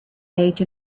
age